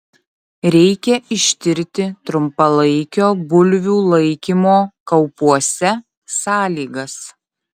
reikia ištirti trumpalaikio bulvių laikymo kaupuose sąlygas